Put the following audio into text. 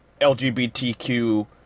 LGBTQ